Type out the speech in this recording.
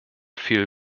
viel